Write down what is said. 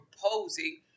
proposing